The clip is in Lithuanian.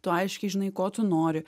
tu aiškiai žinai ko tu nori